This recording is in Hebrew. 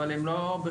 אבל הם לא בחירום,